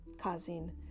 causing